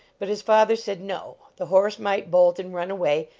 but his father said no the horse might bolt and run away,